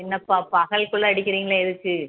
என்னப்பா பகல் கொள்ளை அடிக்கிறீங்களே எதுக்கு